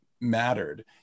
mattered